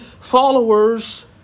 followers